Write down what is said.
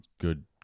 Good